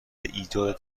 ایجاد